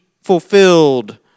fulfilled